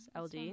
LD